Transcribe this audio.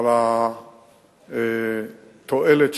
על התועלת שבדבר,